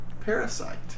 Parasite